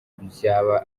byaba